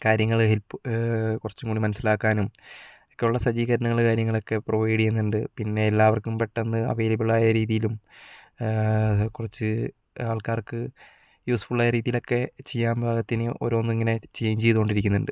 കാര്യങ്ങള് ഹെൽപ്പ് കുറച്ചുംകൂടി മനസ്സിലാക്കാനും ഒക്കെയുള്ള സജ്ജീകരണങ്ങള് കാര്യങ്ങളൊക്കെ പ്രൊവൈഡ് ചെയ്യുന്നുണ്ട് പിന്നെ എല്ലാവർക്കും പെട്ടെന്ന് അവൈലബിളായ രീതിയിലും കുറച്ച് ആൾക്കാർക്ക് യൂസ്ഫുൾ ആയ രീതീലൊക്കെ ചെയ്യാൻ പാകത്തിന് ഓരോന്നിങ്ങനെ ഇങ്ങനെ ചേയ്ഞ്ച് ചെയ്തോണ്ടിരിക്കുന്നുണ്ട്